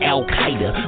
Al-Qaeda